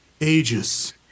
ages